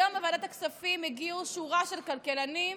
היום בוועדת הכספים הגיעו שורה של כלכלנים,